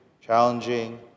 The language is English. challenging